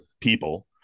people